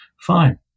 Fine